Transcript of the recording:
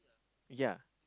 ya